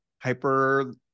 hyper-